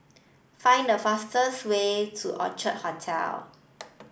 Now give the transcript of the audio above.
find the fastest way to Orchard Hotel